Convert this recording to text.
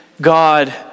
God